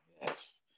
Yes